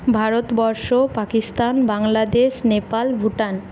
Bharatvarsha Pakistan Bangladesh Nepal Bhutan